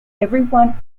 everyone